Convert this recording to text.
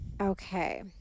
Okay